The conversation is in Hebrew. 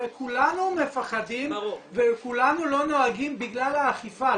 הרי כולנו מפחדים וכולנו לא נוהגים בגלל האכיפה,